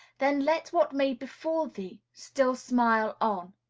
then let what may befall thee still smile on!